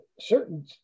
certain